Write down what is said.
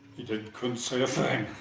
he couldn't couldn't say a thing.